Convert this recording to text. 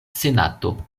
senato